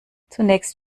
zunächst